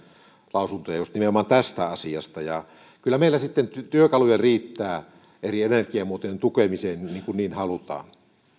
lausuntoja juuri nimenomaan tästä asiasta ja kyllä meillä sitten työkaluja riittää eri energiamuotojen tukemiseen kun niin halutaan